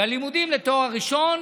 בלימודים לתואר ראשון,